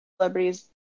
celebrities